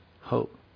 hope